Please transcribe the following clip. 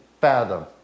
fathom